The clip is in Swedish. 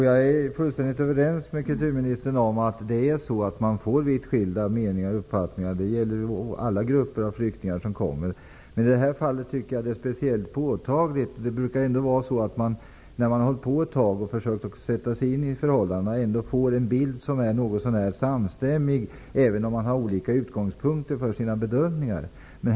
Fru talman! Jag håller helt med kulturministern om att man får höra vitt skilda uppfattningar. Det gäller alla grupper av flyktingar som kommer. Men i detta fall tycker jag att det är speciellt påtagligt. Det brukar ändå vara så att man får en bild som är något så när samstämmig, när man har försökt sätta sig in i förhållandena under en tid. Det gäller även om olika människor har olika utgångspunkter för sina bedömningar.